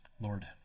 Lord